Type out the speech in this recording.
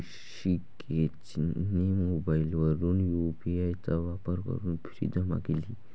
शिक्षिकेने मोबाईलवरून यू.पी.आय चा वापर करून फी जमा केली